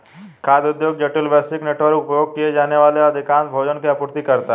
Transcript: खाद्य उद्योग जटिल, वैश्विक नेटवर्क, उपभोग किए जाने वाले अधिकांश भोजन की आपूर्ति करता है